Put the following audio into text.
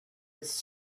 its